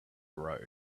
road